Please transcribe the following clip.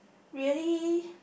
really